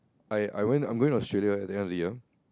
I I went I'm going Australia at the end of the year